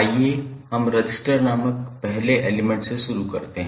आइए हम रजिस्टर नामक पहले एलिमेंट से शुरू करते हैं